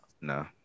No